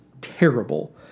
terrible